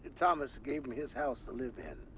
thomas gave them his house to live in.